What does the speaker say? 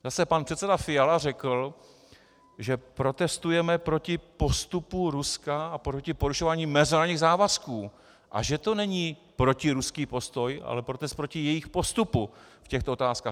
Zase pan předseda Fiala řekl, že protestujeme proti postupu Ruska a proti porušování mezinárodních závazků a že to není protiruský postoj, ale protest proti jejich postupu v těchto otázkách.